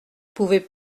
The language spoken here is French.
pouvait